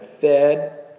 fed